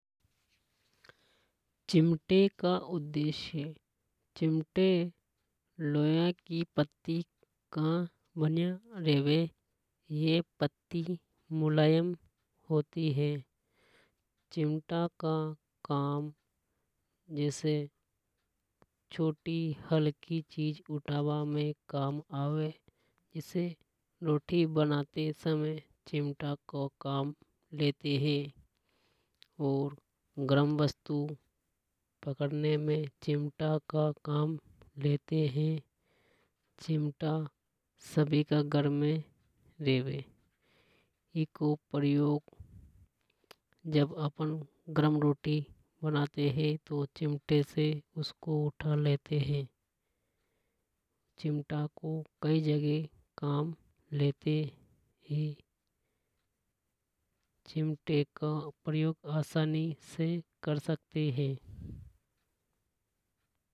चिमटे का उद्देश्य चिमटा लो का बन्या रेवे। ये पत्ती मुलायम होती हे चिमटा का काम जैसे छोटी हल्की चीज उठाबा में काम आवे जैसे रोटी बनाते समय चिमटा को काम लेते है। और गर्म वस्तु पकड़ने में चिमटा का काम लेते है। चिमटा सभी का घर में रेवे। इसका प्रयोग जब है गरम रोटी बनाते हे तो चिमटे से उठा लेते है। चिमटे को कई जगह काम लेते हे चिमटे का प्रयोग आसानी से कर सकते है।